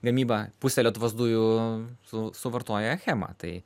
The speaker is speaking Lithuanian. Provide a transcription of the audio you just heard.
gamybą pusę lietuvos dujų su suvartoja achema tai